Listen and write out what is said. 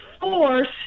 force